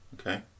Okay